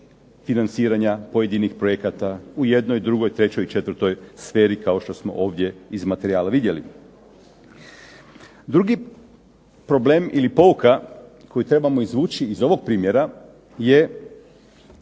financiranja pojedinih projekata u jednoj, drugoj, trećoj i četvrtoj sferi kao što smo ovdje iz materijala vidjeli. Drugi problem ili pouka koju trebamo izvući iz ovog primjera je